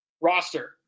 Roster